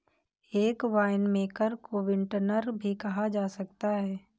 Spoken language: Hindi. एक वाइनमेकर को विंटनर भी कहा जा सकता है